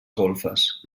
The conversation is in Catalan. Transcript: golfes